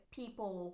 people